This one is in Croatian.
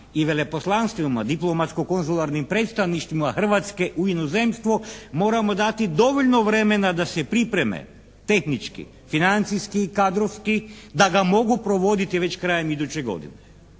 i veleposlanstvima, diplomatsko-konzularnim predstavništvima Hrvatske u inozemstvu moramo dati dovoljno vremena da se pripreme tehnički, financijski i kadrovski da ga mogu provoditi već krajem iduće godine.